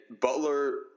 Butler